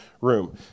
room